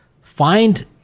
find